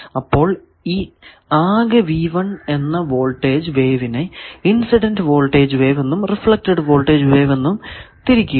അപ്പോൾ ഈ ആകെ എന്ന വോൾടേജ് വേവിനെ ഇൻസിഡന്റ് വോൾടേജ് വേവ് എന്നും റിഫ്ലെക്ടഡ് വോൾടേജ് വേവ് എന്നും തിരിക്കുക